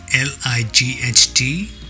L-I-G-H-T